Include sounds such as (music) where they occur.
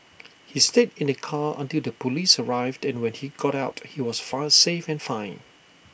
(noise) he stayed in the car until the Police arrived and when he got out he was far safe and fine